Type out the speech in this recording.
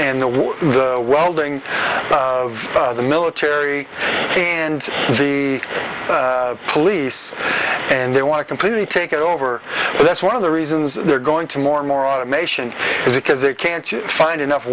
and the war the welding of the military and the police and they want to completely take it over that's one of the reasons they're going to more and more automation because they can't you find enough